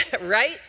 Right